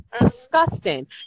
disgusting